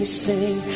sing